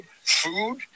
food